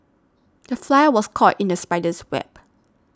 the fly was caught in the spider's web